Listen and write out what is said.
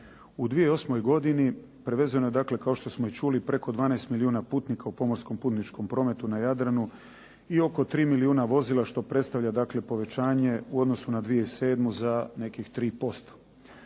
U 2008. godini prevezeno je kao što smo čuli preko 12 milijuna putnika u pomorskom putničkom prometu na Jadranu i oko 3 milijuna vozila što predstavlja povećanje u odnosu na 2007. za nekih 3%.